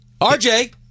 RJ